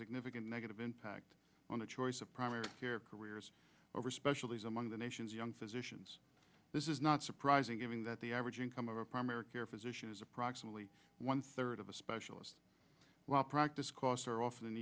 significant negative impact on the choice of primary care careers over specialties among the nation's young physicians this is not surprising given that the average income of a primary care physician is approximately one third of a specialist practice costs are of